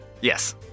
Yes